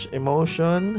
emotion